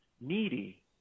needy